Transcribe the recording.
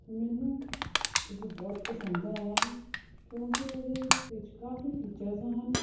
ਮੈਨੂੰ ਇਹ ਬਹੁਤ ਪਸੰਦ ਆਇਆ ਹੈ ਕਿਉਂਕਿ ਇਹਦੇ ਵਿੱਚ ਕਾਫ਼ੀ ਫੀਚਰਸ ਹਨ